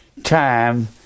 time